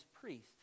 priest